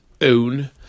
own